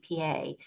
APA